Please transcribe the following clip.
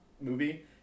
movie